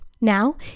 Now